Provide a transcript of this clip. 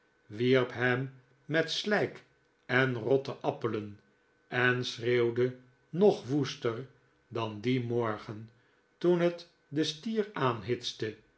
wierp hem met slijk en rotte appelen en schreeuwde nog woester dan dien morgen toen het den stier